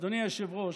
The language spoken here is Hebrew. אדוני היושב-ראש,